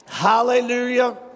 Hallelujah